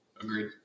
Agreed